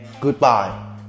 goodbye